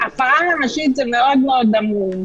"הפרה ממשית" זה מאוד מאוד עמום.